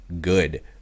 good